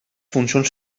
funcions